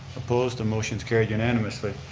opposed the motions carried unanimously.